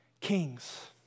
kings